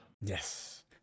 yes